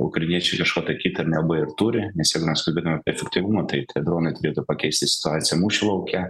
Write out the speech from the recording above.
ukrainiečiai kažko tai kito nelabai ir turi nes jeigu mes kalbėtumėm apie efektyvumą tai tie dronai turėtų pakeisti situaciją mūšio lauke